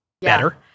better